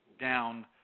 down